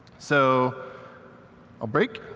so i'll break.